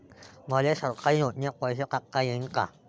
मले सरकारी योजतेन पैसा टाकता येईन काय?